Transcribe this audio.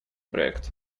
проект